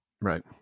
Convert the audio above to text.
Right